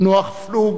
נח פלוג,